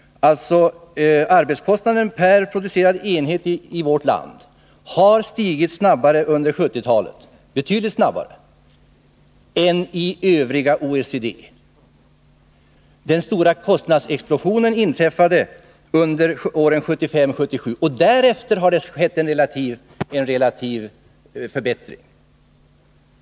Arbetskostnaden per producerad enhet har i vårt land under 1970-talet stigit betydligt snabbare än i övriga OECD-länder. Den stora kostnadsexplosionen inträffade under åren 1975-1977, och därefter har det skett en relativ förbättring.